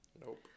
Nope